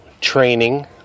training